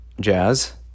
jazz